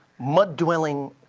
mud dwelling